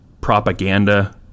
propaganda